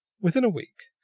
within a week.